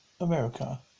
America